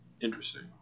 Interesting